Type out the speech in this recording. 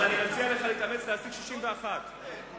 אז אני מציע לך להתאמץ להשיג 61. לא ניצחתם.